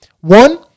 One